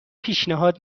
پیشنهاد